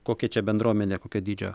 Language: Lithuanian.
kokia čia bendruomenė kokio dydžio